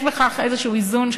יש בכך איזון כלשהו,